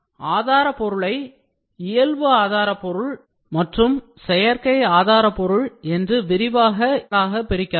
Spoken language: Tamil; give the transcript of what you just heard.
ஆதாரபொருளை இயல்பு ஆதாரபொருள் மற்றும் செயற்கை ஆதாரபொருள் என்று விரிவாக இரண்டு வகைகளாக பிரிக்கலாம்